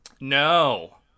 No